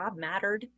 mattered